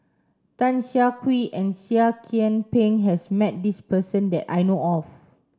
Tan Siah Kwee and Seah Kian Peng has met this person that I know of